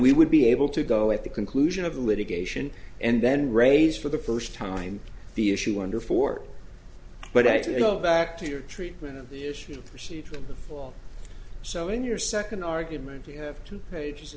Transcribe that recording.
we would be able to go at the conclusion of the litigation and then raise for the first time the issue under four but actually go back to your treatment of the issue procedure in the fall so in your second argument you have two pages